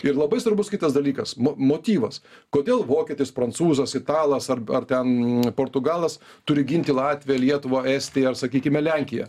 ir labai svarbus kitas dalykas mo motyvas kodėl vokietis prancūzas italas ar ar ten portugalas turi ginti latviją lietuvą estiją ar sakykime lenkiją